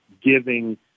giving